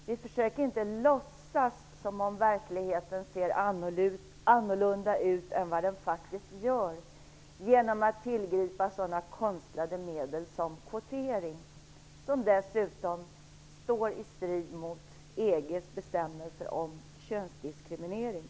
Vi försöker inte låtsas som om verkligheten ser annorlunda ut än den faktiskt gör genom att tillgripa sådana konstlade medel som kvotering, som dessutom står i strid med EG:s bestämmelser om könsdiskriminering.